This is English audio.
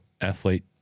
athlete